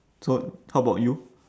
so how about you